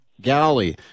Galley